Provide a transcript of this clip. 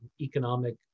economic